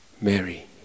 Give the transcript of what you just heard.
Mary